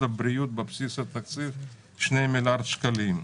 הבריאות בבסיס התקציב 2 מיליארד שקלים.